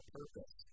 purpose